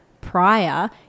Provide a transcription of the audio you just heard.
prior